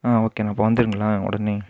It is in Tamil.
ஆ ஓகேண்ணா இப்போ வந்துடுங்களா உடனே